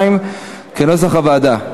עליהם כנוסח הוועדה.